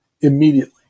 immediately